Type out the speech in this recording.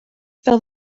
fel